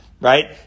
right